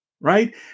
Right